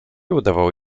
udawało